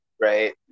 right